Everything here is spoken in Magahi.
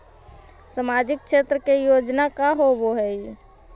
सामाजिक क्षेत्र के योजना का होव हइ?